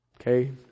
Okay